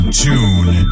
tune